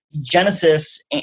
Genesis